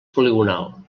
poligonal